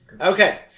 Okay